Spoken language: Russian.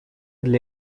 для